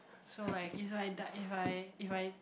so like if I die if I if I